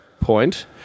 point